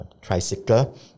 tricycle